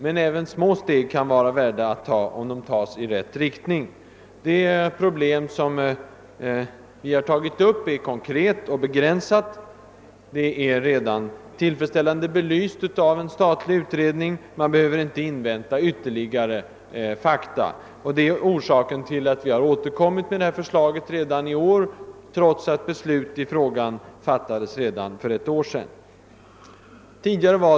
Men även små steg kan vara värda att tas, om de tas i rätt riktning. Det problem som vi har aktualiserat är konkret och begränsat. Det är redan tillfredsställande belyst av en statlig utredning, och man behöver inte invänta ytterligare fakta. Det är orsaken till att vi har återkommit med det här förslaget redan i år, trots att beslut i frågan fattades för bara ett år sedan.